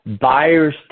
buyers